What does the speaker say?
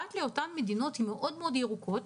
פרט לאותן מדינות מאוד מאוד ירוקות,